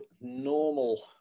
normal